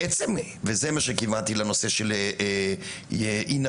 ולזה כיוונתי בנושא של הנטישה,